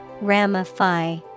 Ramify